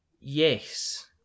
Yes